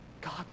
God